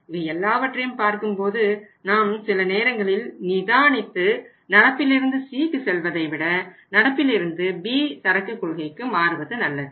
இவை எல்லாவற்றையும் பார்க்கும்போது நாம் சில நேரங்களில் நிதானித்து நடப்பில் இருந்து Cக்கு செல்வதைவிட நடப்பில் இருந்து B சரக்கு கொள்கைக்கு மாறுவது நல்லது